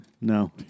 No